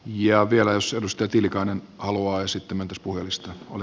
ja vielä asumusten tiilikainen haluaisi kymmentuspulmista on